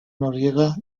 noriega